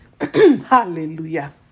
Hallelujah